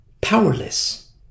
powerless